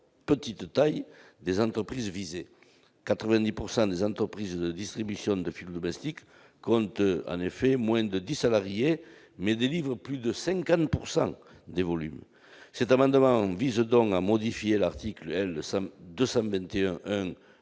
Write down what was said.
petite taille des entreprises visées. En effet, 90 % des entreprises de distribution de fioul domestique comptent moins de dix salariés, mais délivrent plus de 50 % des volumes. Cet amendement vise donc à modifier l'article L. 221-1